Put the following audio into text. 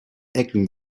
ecken